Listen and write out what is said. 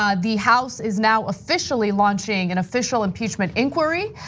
um the house is now officially launching an official impeachment inquiry.